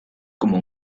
como